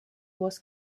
was